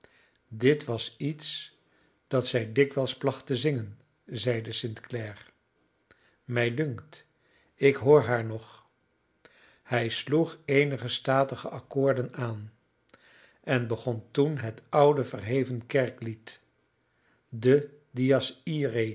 dit was iets dat zij dikwijls placht te zingen zeide st clare mij dunkt ik hoor haar nog hij sloeg eenige statige accoorden aan en begon toen het oude verheven kerklied de dies